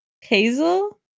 Hazel